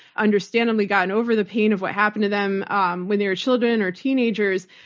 understandably, gotten over the pain of what happened to them um when they were children or teenagers,